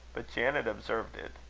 but janet observed it.